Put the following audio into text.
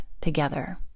together